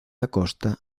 acosta